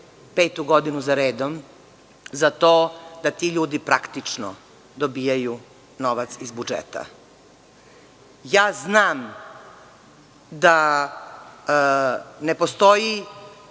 petu godinu za redom za to da ti ljudi praktično dobijaju novac iz budžeta. Znam da ne postoji